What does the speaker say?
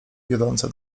wiodące